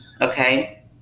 Okay